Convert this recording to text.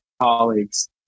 Colleagues